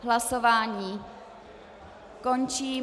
Hlasování končím.